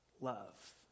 love